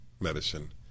medicine